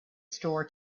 store